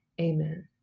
Amen